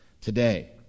today